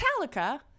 Metallica